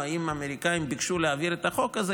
אם האמריקאים ביקשו להעביר את החוק הזה,